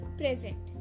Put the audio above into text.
present